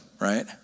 right